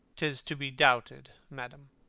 tis to be doubted, madam.